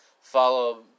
follow